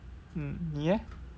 mm 你 eh